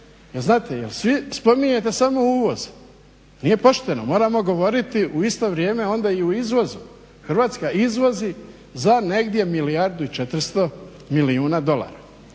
svi spominjete samo uvoz. Nije pošteno. Moramo govoriti u isto vrijeme onda i o izvozu. Hrvatska izvozi za negdje milijardu i 400 milijuna dolara.